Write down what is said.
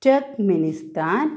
Turkmenistan